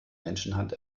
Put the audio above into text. menschenhand